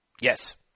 Yes